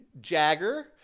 Jagger